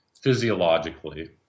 physiologically